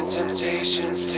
temptations